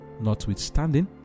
Notwithstanding